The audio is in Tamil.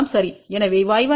எனவே y1 எதற்கு சமம்